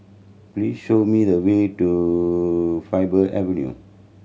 please show me the way to Faber Avenue